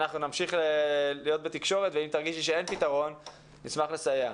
אנחנו נמשיך להיות בתקשורת ואם תרגישי שאין פתרון נשמח לסייע.